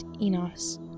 Enos